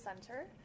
center